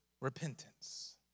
repentance